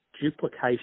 duplication